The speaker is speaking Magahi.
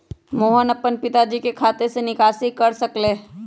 मोहन अपन पिताजी के खाते से निकासी न कर सक लय